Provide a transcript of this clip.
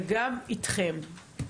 וגם איתכם.